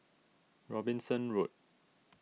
Robinson Road